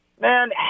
Man